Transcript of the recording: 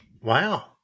Wow